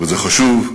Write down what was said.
וזה חשוב,